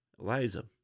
Eliza